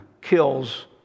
kills